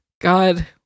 God